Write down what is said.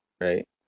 right